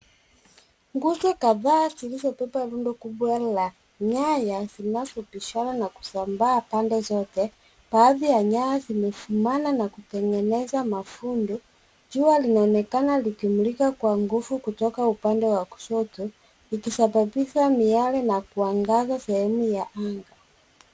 Nguzo kadhaa zilizobeba rundo kubwa la nyaya zinazobishana na kusambaa pande zote. Baadhi ya nyaya zimefumana na kutengeneza mafundo. Jua linaonekana likimulika kwa nguvu kutoka upande wa kushoto ikisababisha miale na kuangaza sehemu ya anga.